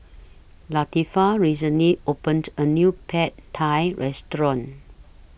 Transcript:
Latifah recently opened A New Pad Thai Restaurant